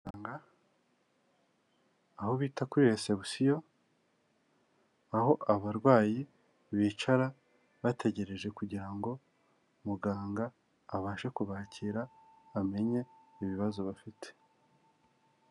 Aho bita kuri resebusiyo aho abarwayi bicara bategereje kugira ngo muganga abashe kubakira amenye ibibazo bafite.